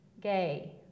Gay